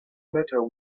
matter